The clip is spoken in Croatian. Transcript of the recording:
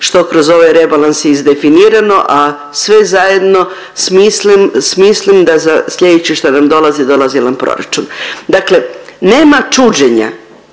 što je kroz ovaj rebalans izdefinirano, a sve zajedno smislim da sljedeće što nam dolazi, dolazi nam proračun. Dakle, nema čuđenja